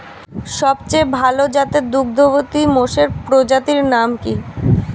সবচেয়ে ভাল জাতের দুগ্ধবতী মোষের প্রজাতির নাম কি?